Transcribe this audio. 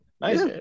Nice